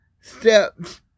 steps